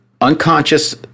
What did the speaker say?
Unconscious